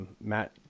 Matt